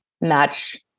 match